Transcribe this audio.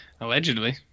allegedly